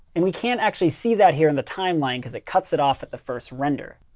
and we can't actually see that here in the timeline, because it cuts it off at the first render.